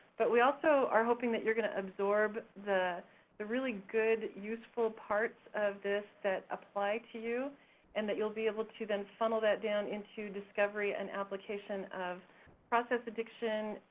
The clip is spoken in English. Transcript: but we also are hoping that you're gonna absorb the the really good useful parts of this that apply to you and that you'll be able to then funnel that down into discovery and application of process addiction,